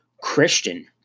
Christian